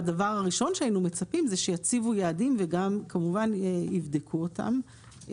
והדבר הראשון שהיינו מצפים זה שיציבו יעדים וגם כמובן יבדקו אותם.